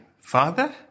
father